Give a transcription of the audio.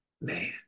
man